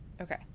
Okay